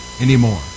anymore